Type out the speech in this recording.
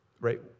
right